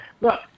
Look